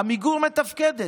עמיגור מתפקדת.